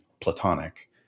platonic